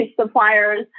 suppliers